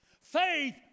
Faith